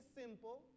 simple